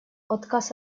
отказ